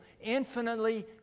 infinitely